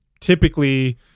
typically